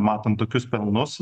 matant tokius pelnus